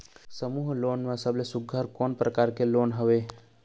समूह लोन मा सबले सुघ्घर कोन प्रकार के लोन हवेए?